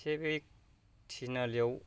एसे बै थिनालियाव